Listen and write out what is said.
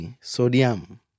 sodium